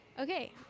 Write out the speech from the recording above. okay